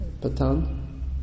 patan